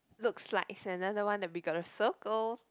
looks like it's another one that we gonna circle